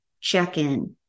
check-in